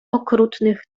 okrutnych